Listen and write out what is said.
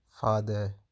Father